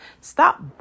Stop